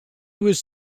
was